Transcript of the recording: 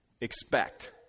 expect